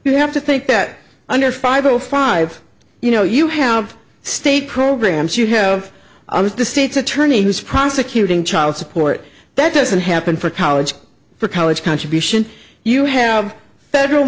you have to think that under five o five you know you have state programs you have the state's attorney who's prosecuting child support that doesn't happen for college for college contribution you have federal